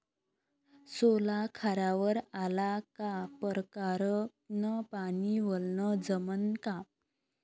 सोला खारावर आला का परकारं न पानी वलनं जमन का?